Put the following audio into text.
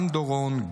גם דורון,